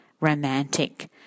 romantic